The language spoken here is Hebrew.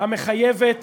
המחייבת